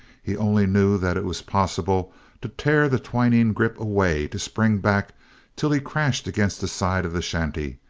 he only knew that it was possible to tear the twining grip away, to spring back till he crashed against the side of the shanty,